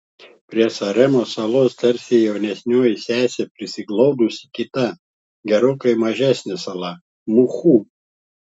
prie saremos salos tarsi jaunesnioji sesė prisiglaudusi kita gerokai mažesnė sala muhu